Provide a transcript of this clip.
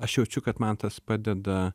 aš jaučiu kad man tas padeda